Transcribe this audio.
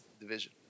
division